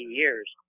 years